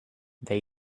they